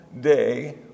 day